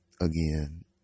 Again